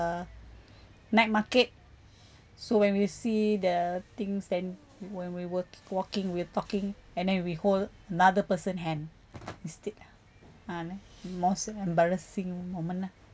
the night market so when we see the things then when we were k~ walking we're talking and then we hold another person hand instead uh loh most embarrassing moment lah